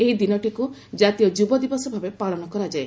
ଏହି ଦିନଟିକୁ ଜାତୀୟ ଯୁବ ଦିବସ ଭାବେ ପାଳନ କରାଯାଏ